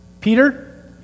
Peter